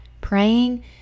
praying